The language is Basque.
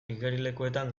igerilekuetan